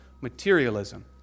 materialism